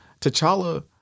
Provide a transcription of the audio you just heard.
T'Challa